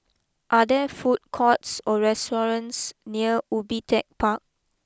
are there food courts or restaurants near Ubi Tech Park